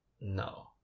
no